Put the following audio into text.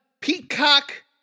Peacock